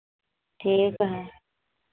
ठीक है